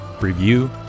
review